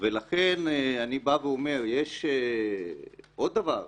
ולכן אני אומר, יש עוד דבר,